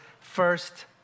First